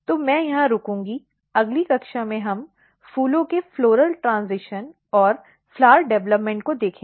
तो मैं यहां रुकूंगा अगली कक्षा में हम फूलों के ट्रेन्ज़िशन और फूलों के विकास को देखेंगे